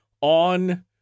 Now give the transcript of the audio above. on